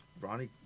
Ronnie